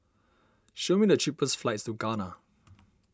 show me the cheapest flights to Ghana